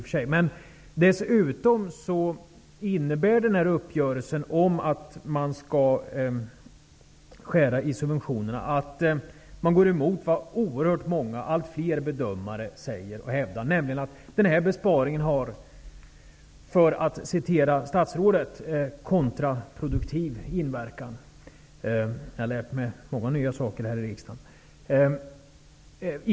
För det andra innebär uppgörelsen om nedskärningar när det gäller subventionerna att man går emot vad allt fler bedömare -- och de är oerhört många -- hävdar, nämligen att den här besparingen har ''kontraproduktiv inverkan'', som statsrådet säger -- jag har lärt mig många nya saker här i riksdagen.